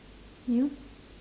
you